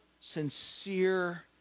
sincere